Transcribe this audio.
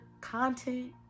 content